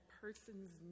person's